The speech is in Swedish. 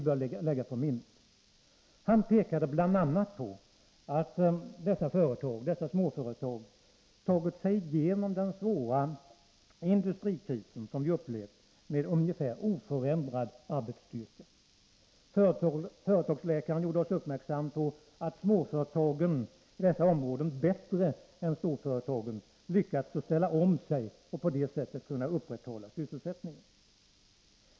Bl. a. pekade han på att dessa småföretag tagit sig igenom den svåra industrikrisen med ungefär oförändrad arbetsstyrka. Företagsläkaren framhöll att småföretagen i dessa områden bättre än storföreta gen lyckats att ställa om sig, och därigenom hade sysselsättningen kunnat upprätthållas.